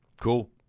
cool